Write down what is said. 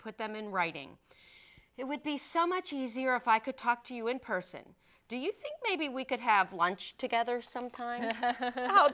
put them in writing it would be so much easier if i could talk to you in person do you think maybe we could have lunch together some time